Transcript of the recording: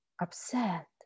upset